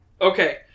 Okay